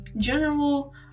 general